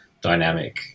dynamic